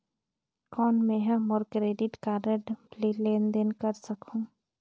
कौन मैं ह मोर क्रेडिट कारड ले लेनदेन कर सकहुं?